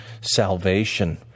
salvation